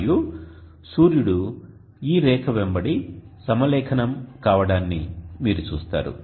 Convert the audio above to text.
మరియు సూర్యుడు ఈ రేఖ వెంబడి సమలేఖనం కావడాన్ని మీరు చూస్తారు